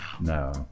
No